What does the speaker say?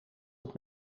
het